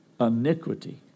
iniquity